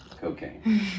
cocaine